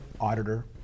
auditor